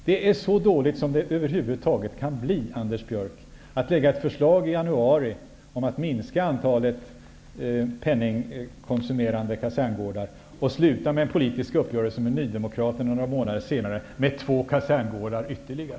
Det är så dåligt som det över huvud taget kan bli, Anders Björck, att lägga fram ett förslag i januari om att minska antalet penningkonsumerande kaserngårdar för att sedan sluta med en politisk uppgörelse med Nydemokraterna några månader senare, med ytterligare två kaserngårdar som resultat.